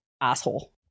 asshole